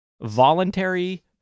Voluntary